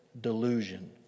delusion